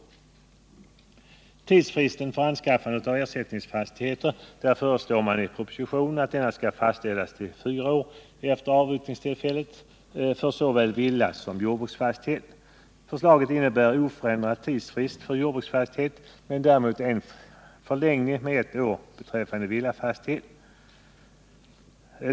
Beträffande tidsfristen för anskaffande av ersättningsfastigheter föreslås i propositionen att denna frist fastställs till fyra år efter avyttringstillfället för såväl villasom jordbruksfastighet. Förslaget innebär oförändrad tidsfrist för jordbruksfastighet men däremot en förlängning med ett år för villafastighet.